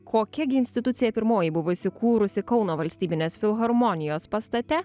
kokia gi institucija pirmoji buvo įsikūrusi kauno valstybinės filharmonijos pastate